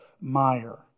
Meyer